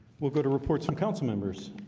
we'll go to reports on council members.